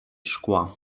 szkła